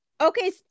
okay